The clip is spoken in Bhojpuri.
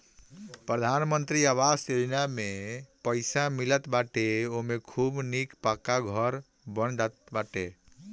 प्रधानमंत्री आवास योजना में जेतना पईसा मिलत बाटे ओमे खूब निक पक्का घर बन जात बाटे